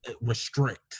restrict